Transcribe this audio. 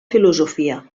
filosofia